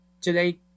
today